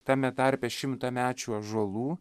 tame tarpe šimtamečių ąžuolų